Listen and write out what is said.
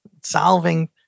solving